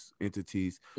entities